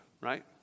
right